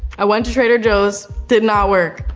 i went to trader joe's. did not work.